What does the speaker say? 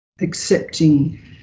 accepting